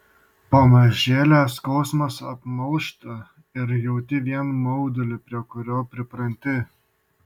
pamažėle skausmas apmalšta ir jauti vien maudulį prie kurio pripranti